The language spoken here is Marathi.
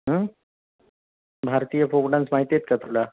हं भारतीय फोक डांस माहिती आहेत का तुला